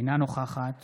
אינה נוכחת